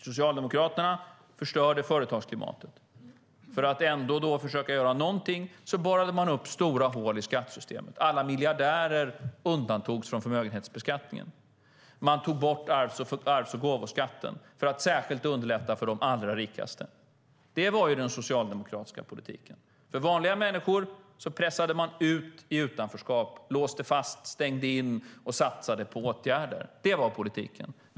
Socialdemokraterna förstörde företagsklimatet. För att ändå försöka göra någonting borrade man upp stora hål i skattesystemet. Alla miljardärer undantogs från förmögenhetsbeskattningen. Man tog bort arvs och gåvoskatten för att särskilt underlätta för de allra rikaste. Det var den socialdemokratiska politiken. Vanliga människor pressade man ut i utanförskap. Man låste fast och stängde in dem och satsade på åtgärder. Det var politiken.